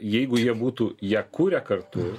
jeigu jie būtų ją kūrę kartu